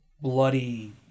bloody